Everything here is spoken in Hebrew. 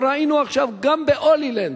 וראינו עכשיו גם ב"הולילנד",